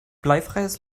bleifreies